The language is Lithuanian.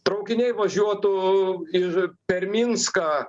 traukiniai važiuotų ir per minską